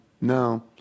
No